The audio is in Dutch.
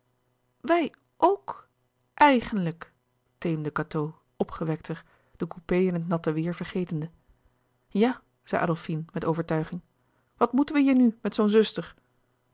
wij ok èigenlijk teemde cateau opgewekter den coupé in het natte weêr vergetende louis couperus de boeken der kleine zielen ja zei adolfine met overtuiging wat moeten wij hier nu met zoo een zuster